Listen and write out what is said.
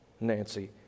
Nancy